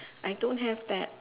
I don't have that